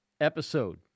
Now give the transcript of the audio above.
episode